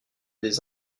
des